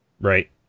right